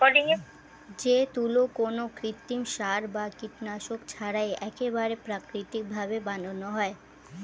যে তুলো কোনো কৃত্রিম সার বা কীটনাশক ছাড়াই একেবারে প্রাকৃতিক ভাবে বানানো হয়